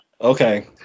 Okay